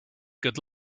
good